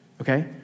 Okay